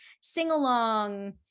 sing-along